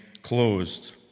closed